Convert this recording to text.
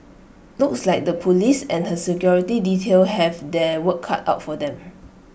looks like the Police and her security detail have their work cut out for them